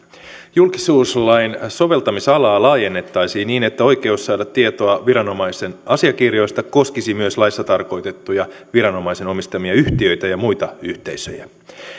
julkisuuslain soveltamisalaa laajennettaisiin niin että oikeus saada tietoa viranomaisen asiakirjoista koskisi myös laissa tarkoitettuja viranomaisen omistamia yhtiöitä ja muita yhteisöjä